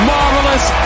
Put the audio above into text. Marvelous